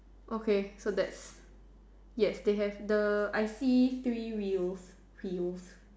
okay so that's yes they have the I see three wheels wheels